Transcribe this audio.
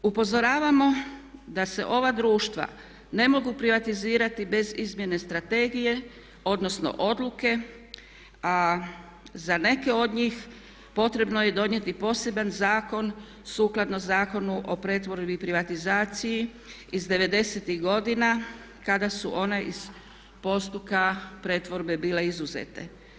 Upozoravamo da se ova društva ne mogu privatizirati bez izmjene strategije odnosno odluke a za neke od njih potrebno je donijeti poseban zakon sukladno zakonu o pretvorbi i privatizaciji iz 90.-tih godina kada su one iz postupka pretvorbe bile izuzete.